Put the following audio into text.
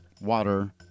water